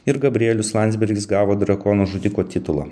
ir gabrielius landsbergis gavo drakono žudiko titulą